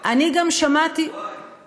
אני גם שמעתי, שבועיים, שבועיים.